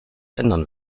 ändern